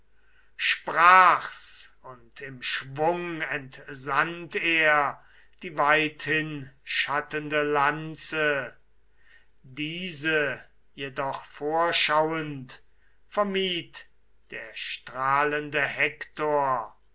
sprach's und im schwung entsandt er die weithinschattende lanze diese jedoch vorschauend vermied der strahlende hektor